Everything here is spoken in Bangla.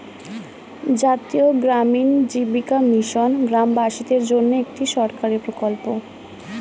জাতীয় গ্রামীণ জীবিকা মিশন গ্রামবাসীদের জন্যে একটি সরকারি প্রকল্প